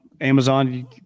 Amazon